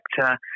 sector